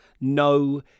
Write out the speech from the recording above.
No